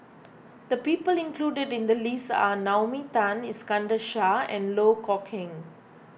the people included in the list are Naomi Tan Iskandar Shah and Loh Kok Heng